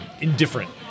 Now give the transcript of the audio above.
indifferent